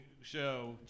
show